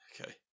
Okay